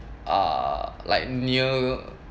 err like near